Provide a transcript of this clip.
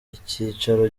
icyicaro